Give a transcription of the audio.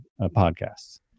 podcasts